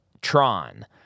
tron